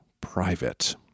private